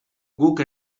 guk